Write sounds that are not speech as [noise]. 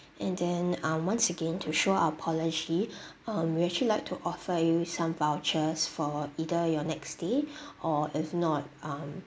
and then um once again to show our apology [breath] um we actually like to offer you some vouchers for either your next stay [breath] or if not um